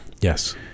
Yes